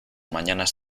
mañanas